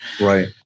right